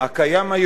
שהוא כלי,